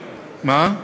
גם ארגוני המורים.